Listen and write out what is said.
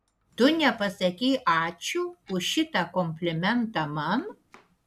tu nepasakei ačiū už šitą komplimentą man